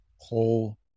whole